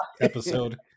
episode